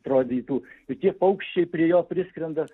atrodytų šitie paukščiai prie jo priskrenda